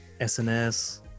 sns